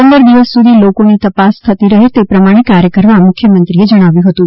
પંદર દિવસ સુધી લોકોની તાપસ થતી રહે તે પ્રમાણે કાર્ય કરવા મુખ્યમંત્રીએ જણાવ્યું હતું